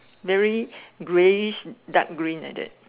very grayish dark green like that